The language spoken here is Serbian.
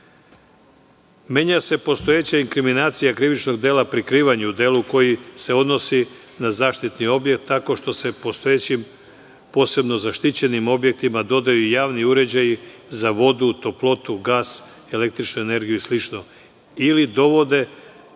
se postojeća inkriminacija krivičnog dela prikrivanja u delu koji se odnosi na zaštitni objekat, tako što se postojećim posebnom zaštićenim objektima dodaju i javni uređaji za vodu, toplotu, gas, električnu energiju i sl, ili dovode